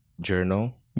journal